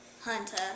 Hunter